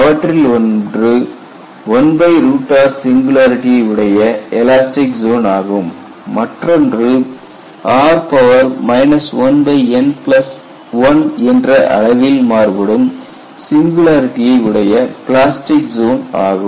அவற்றில் ஒன்று 1r சிங்குலரிடியை உடைய எலாஸ்டிக் ஜோன் ஆகும் மற்றொன்று r 1n1என்ற அளவில் மாறுபடும் சிங்குலரிடியை உடைய பிளாஸ்டிக் ஜோன் ஆகும்